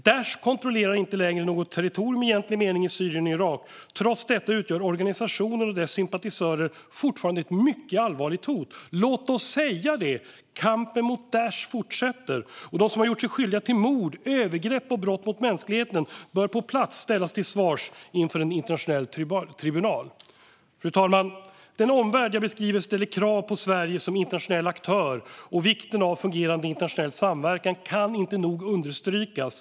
Daish kontrollerar inte längre något territorium i egentlig mening i Syrien eller Irak. Trots detta utgör organisationen och dess sympatisörer fortfarande ett mycket allvarligt hot. Låt oss säga det: Kampen mot Daish fortsätter! Och de som har gjort sig skyldiga till mord, övergrepp och brott mot mänskligheten bör på plats ställas till svars inför en internationell tribunal. Fru talman! Den omvärld jag beskriver ställer krav på Sverige som internationell aktör, och vikten av fungerande internationell samverkan kan inte nog understrykas.